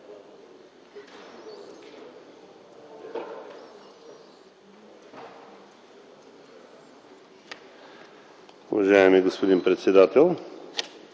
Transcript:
Уважаеми господин председател,